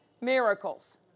miracles